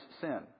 sin